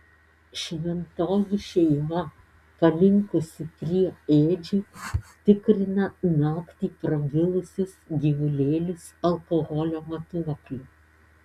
šventoji šeima palinkusi prie ėdžių tikrina naktį prabilusius gyvulėlius alkoholio matuokliu